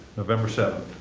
november seventh.